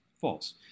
False